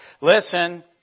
listen